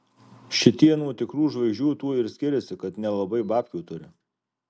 šitie nuo tikrų žvaigždžių tuo ir skiriasi kad nelabai babkių turi